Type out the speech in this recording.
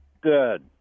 Good